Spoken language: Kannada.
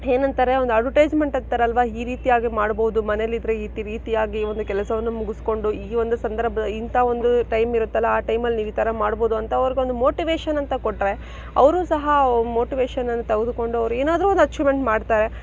ಏನಂತಾರೆ ಒಂದು ಅಡ್ವರ್ಟೈಸ್ಮೆಂಟ್ ಅಂತಾರಲ್ವ ಈ ರೀತಿಯಾಗಿ ಮಾಡ್ಬೌದು ಮನೇಲಿದ್ದರೆ ಈ ರೀತಿಯಾಗಿ ಒಂದು ಕೆಲಸವನ್ನು ಮುಗಿಸ್ಕೊಂಡು ಈ ಒಂದು ಸಂದರ್ಭ ಇಂಥ ಒಂದು ಟೈಮ್ ಇರುತ್ತಲ್ಲ ಆ ಟೈಮಲ್ಲಿ ನೀವು ಈ ಥರ ಮಾಡ್ಬೌದು ಅಂತ ಅವ್ರಿಗೊಂದು ಮೋಟಿವೇಷನ್ ಅಂತ ಕೊಟ್ಟರೆ ಅವರೂ ಸಹ ಆ ಮೋಟಿವೇಷನನ್ನು ತೆಗೆದುಕೊಂಡು ಅವ್ರು ಏನಾದರೂ ಒಂದು ಅಚೀವ್ಮೆಂಟ್ ಮಾಡ್ತಾರೆ